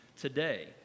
today